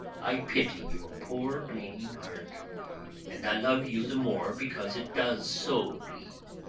i pity your poor bleeding heart and i love you the more because it does so bleed.